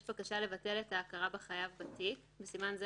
בקשה לבטל את ההכרה בחייב בתיק (בסימן זה,